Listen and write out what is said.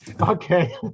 okay